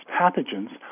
pathogens